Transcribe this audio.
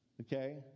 Okay